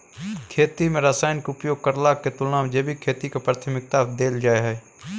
खेती में रसायन के उपयोग करला के तुलना में जैविक खेती के प्राथमिकता दैल जाय हय